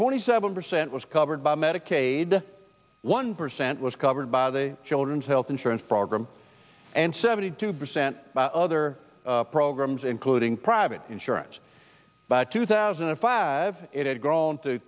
twenty seven percent was covered by medicaid one percent was covered by the children's health insurance program and seventy two percent other programs including private insurance two thousand and five it had grown to